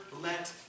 let